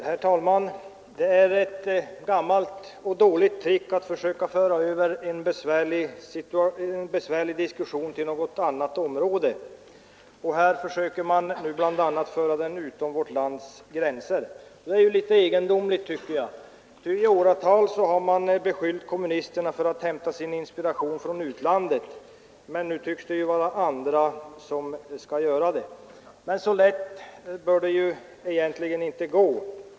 Herr talman! Det är en dålig metod att försöka föra över en besvärlig diskussion till ett annat område. Här försöker man nu bl.a. styra den utom vårt lands gränser. Det är litet egendomligt. I åratal har man beskyllt kommunisterna för att hämta sin inspiration från utlandet, men nu tycks det vara andra som vill göra det. Så lätt kommer det inte att gå.